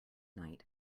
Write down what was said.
night